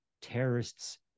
terrorists